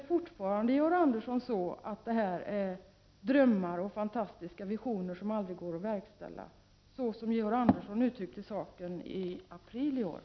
Georg Andersson, är det forfarande så — som kommunikationsministern uttryckte saken i april i år — att detta är drömmar och fantastiska visioner som aldrig går att förverkliga?